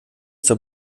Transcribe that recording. zur